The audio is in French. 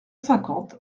cinquante